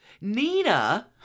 Nina